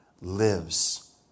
lives